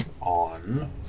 on